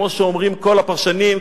כמו שאומרים כל הפרשנים,